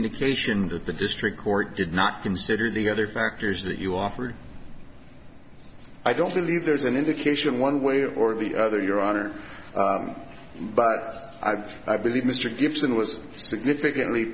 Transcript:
to cation that the district court did not consider the other factors that you offered i don't believe there's an indication one way or the other your honor but i've i believe mr gibson was significantly